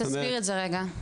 תסביר את זה רגע.